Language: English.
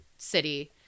City